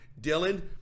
Dylan